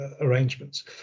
arrangements